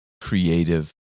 creative